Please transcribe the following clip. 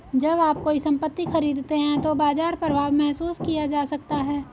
जब आप कोई संपत्ति खरीदते हैं तो बाजार प्रभाव महसूस किया जा सकता है